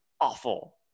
awful